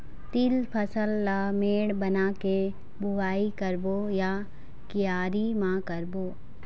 तील फसल ला मेड़ बना के बुआई करबो या क्यारी म करबो?